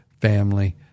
family